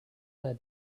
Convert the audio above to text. their